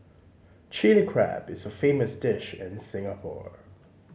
Chilli Crab is a famous dish in Singapore